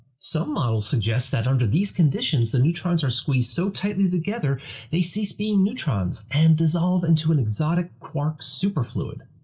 some models suggest that under these conditions, the neutrons are squeezed so tightly together they cease being neutrons and dissolve into an exotic quark superfluid.